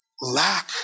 lack